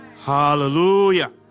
Hallelujah